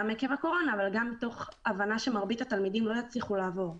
גם עקב הקורונה אבל גם מתוך הבנה שמרבית התלמידים לא יצליחו לעבור אותו.